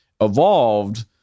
evolved